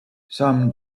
some